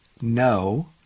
no